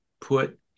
put